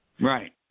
Right